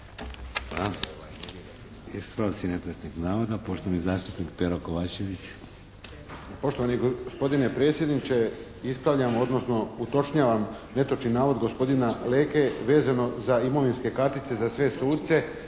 Hvala. Ispravci netočnih navoda poštovani zastupnik Pero Kovačević. **Kovačević, Pero (HSP)** Poštovani gospodine predsjedniče ispravljam odnosno utočnjavam netočni navod gospodina Leke vezano za imovinske kartice za sve suce.